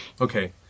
Okay